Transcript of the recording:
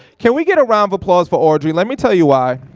can we get a round of applause for audrey? let me tell you why.